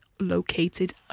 located